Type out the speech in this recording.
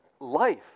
life